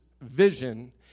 vision